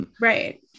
right